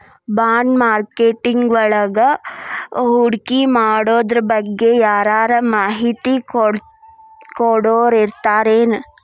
ಬಾಂಡ್ಮಾರ್ಕೆಟಿಂಗ್ವಳಗ ಹೂಡ್ಕಿಮಾಡೊದ್ರಬಗ್ಗೆ ಯಾರರ ಮಾಹಿತಿ ಕೊಡೊರಿರ್ತಾರೆನು?